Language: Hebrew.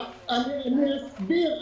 אני אסביר.